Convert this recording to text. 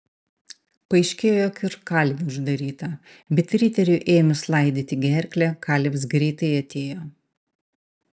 paaiškėjo jog ir kalvė uždaryta bet riteriui ėmus laidyti gerklę kalvis greitai atėjo